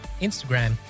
Instagram